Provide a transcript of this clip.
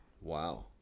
Wow